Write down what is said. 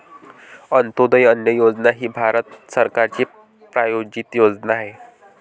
अंत्योदय अन्न योजना ही भारत सरकारची प्रायोजित योजना आहे